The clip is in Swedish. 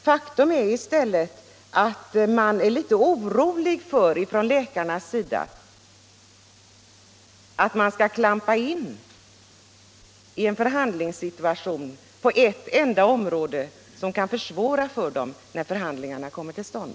Faktum är i stället att läkarna är litet oroliga för att man skall klampa in i en förhandlingssituation på ett enda område, vilket kan försvåra det för dem när nya förhandlingar kommer till stånd.